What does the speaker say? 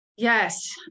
Yes